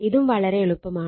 ഇതും വളരെ എളുപ്പമാണ്